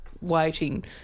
waiting